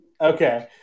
Okay